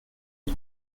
pas